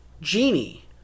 Genie